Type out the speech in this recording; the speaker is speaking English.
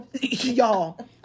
y'all